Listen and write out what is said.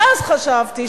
ואז חשבתי,